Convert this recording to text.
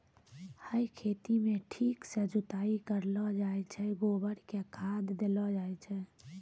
है खेतों म ठीक सॅ जुताई करलो जाय छै, गोबर कॅ खाद देलो जाय छै